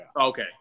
Okay